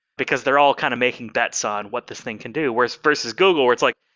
because they're all kind of making bets on what this thing can do. whereas versus google where it's like,